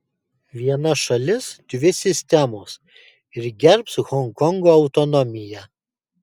viena šalis dvi sistemos ir gerbs honkongo autonomiją